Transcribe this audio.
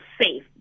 safe